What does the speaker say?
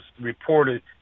reported